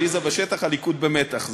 עליזה בשטח, הליכוד במתח.